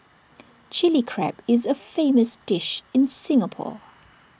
Chilli Crab is A famous dish in Singapore